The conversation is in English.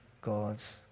God's